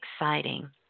exciting